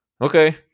okay